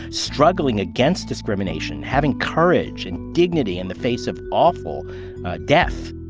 struggling against discrimination, having courage and dignity in the face of awful death